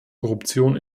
korruption